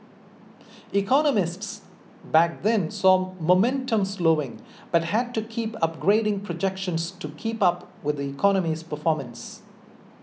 economists back then saw momentum slowing but had to keep upgrading projections to keep up with the economy's performance